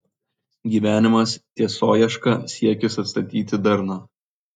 gyvenimas tiesoieška siekis atstatyti darną